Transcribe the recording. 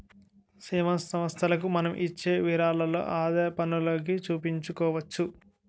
సేవా సంస్థలకు మనం ఇచ్చే విరాళాలు ఆదాయపన్నులోకి చూపించుకోవచ్చు